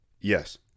Yes